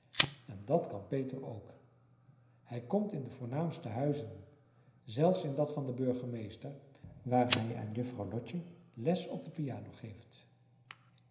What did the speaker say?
en dat kan peter ook hij komt in de voornaamste huizen zelfs in dat van den burgemeester waar hij aan juffrouw lotje les op de piano geeft